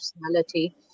personality